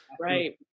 Right